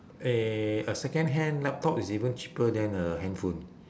eh a secondhand laptop is even cheaper than a handphone